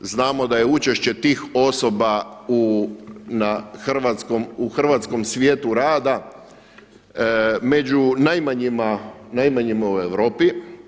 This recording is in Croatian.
Znamo da je učešće tih osoba u hrvatskom svijetu rada među najmanjima u Europi.